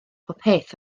popeth